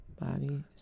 body